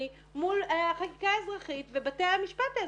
מול חקיקה אזרחית ובתי המשפט האזרחיים.